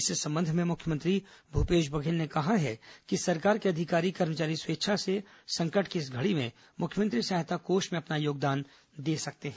इस संबंध में मुख्यमंत्री भूपेश बघेल ने कहा है कि सरकार के अधिकारी कर्मचारी स्वेच्छा से संकट की इस घड़ी में मुख्यमंत्री सहायता कोष में अपना योगदान दे सकते हैं